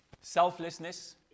Selflessness